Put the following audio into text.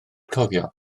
cofio